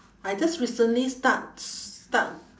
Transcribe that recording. I just recently start start